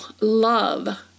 love